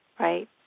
Right